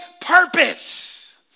purpose